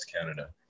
Canada